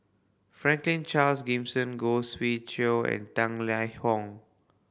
Franklin Charles Gimson Khoo Swee Chiow and Tang Liang Hong